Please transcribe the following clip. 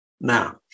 Now